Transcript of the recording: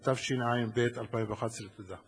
התשע"ב 2011. תודה.